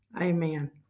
amen